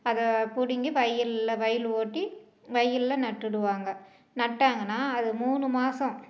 அதை புடுங்கி வயலில் வயல் ஓட்டி வயலில் நட்டுடுவாங்க நட்டாங்கன்னா அது மூணு மாதம்